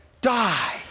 die